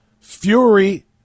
Fury